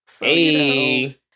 Hey